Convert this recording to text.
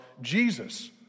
Jesus